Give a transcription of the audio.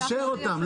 לאשר אותן.